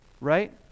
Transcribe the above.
Right